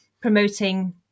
promoting